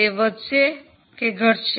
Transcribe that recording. તે વધશે કે ઘટશે